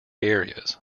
areas